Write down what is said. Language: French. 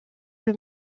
une